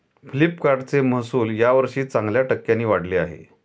फ्लिपकार्टचे महसुल यावर्षी चांगल्या टक्क्यांनी वाढले आहे